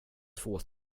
två